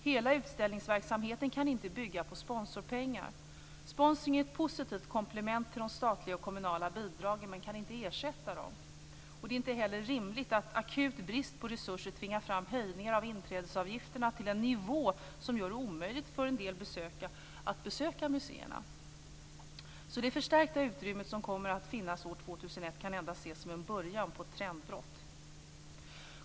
Hela utställningsverksamheten kan inte bygga på sponsorspengar. Sponsring är ett positivt komplement till de statliga och kommunala bidragen, men kan inte ersätta dem. Det är inte heller rimligt att akut brist på resurser tvingar fram höjningar av inträdesavgifterna till en nivå som gör det omöjligt för en del att besöka museerna. Det förstärkta utrymme som kommer att finnas år 2001 kan endast ses som en början på ett trendbrott.